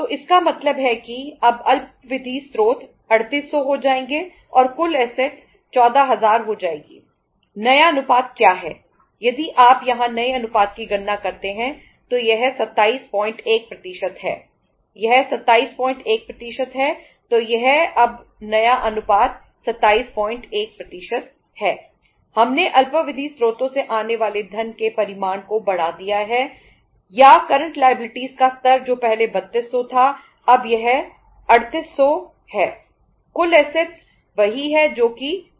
तो इसका मतलब है कि अब अल्पावधि स्रोत 3800 हो जाएंगे और कुल ऐसेटस वही है जो कि 14000 है